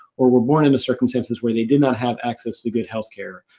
or, we're born into circumstances where they did not have access to good healthcare.